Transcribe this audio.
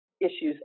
issues